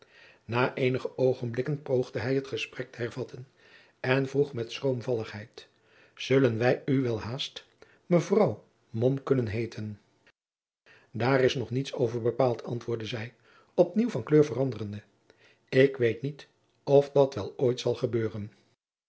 na eenige oogenblikken poogde hij het gesprek te hervatten en vroeg met schroomvalligheid zullen wij u welhaast mevrouw mom kunnen heeten daar is nog niets over bepaald antwoordde zij op nieuw van kleur veranderende ik weet niet of dat wel ooit zal gebeuren